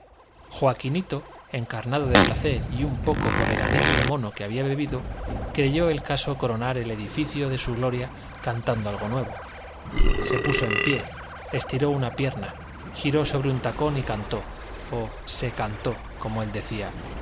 enemigo joaquinito encarnado de placer y un poco por el anís del mono que había bebido creyó del caso coronar el edificio de su gloria cantando algo nuevo se puso en pie estiró una pierna giró sobre un tacón y cantó o se cantó como él decía